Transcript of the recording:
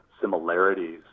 similarities